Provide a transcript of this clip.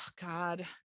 God